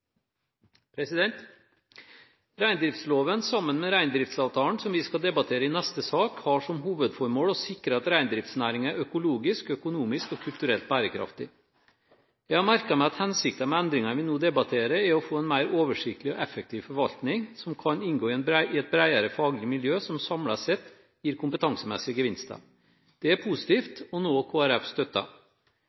proposisjonen. Reindriftsloven sammen med reindriftsavtalen, som vi skal debattere i neste sak, har som hovedformål å sikre at reindriftsnæringen er økologisk, økonomisk og kulturelt bærekraftig. Jeg har merket meg at hensikten med endringene vi nå debatterer, er å få en mer oversiktlig og effektiv forvaltning som kan inngå i et bredere faglig miljø, som samlet sett gir kompetansemessige gevinster. Det er positivt, og noe KrF